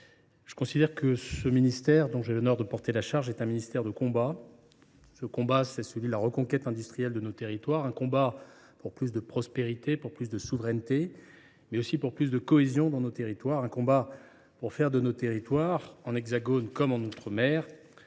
Je considère le ministère dont j’ai l’honneur d’assumer la charge comme un ministère de combat. Ce combat, c’est celui de la reconquête industrielle de nos territoires : un combat pour plus de prospérité, plus de souveraineté, mais aussi plus de cohésion dans nos territoires ; un combat pour faire de nos territoires, en Hexagone comme en outre mer,